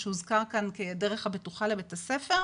מה שהוזכר כאן כדרך הבטוחה לבית הספר,